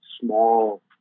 small